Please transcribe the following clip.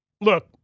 Look